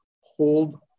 hold